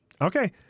Okay